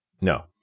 No